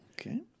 Okay